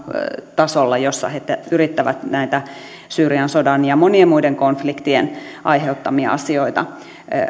tasolla jossa ne yrittävät näitä syyrian sodan ja monien muiden konfliktien ai heuttamia asioita